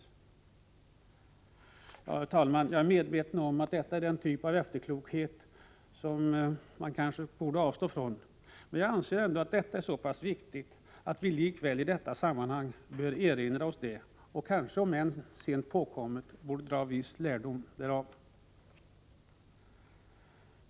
Herr talman! Jag är medveten om att detta är en typ av efterklokhet som man kanske borde avstå från. Men jag anser ändå att det är så pass viktigt att vii detta sammanhang bör erinra oss det och, om än sent påkommet, dra viss lärdom därav.